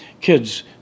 kids